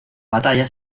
batalla